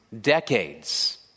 decades